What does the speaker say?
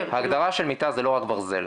ההגדרה של מיטה זה לא רק ברזל.